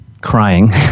crying